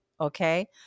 Okay